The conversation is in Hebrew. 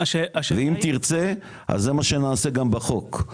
ואם תרצה אז זה מה שנעשה גם בחוק,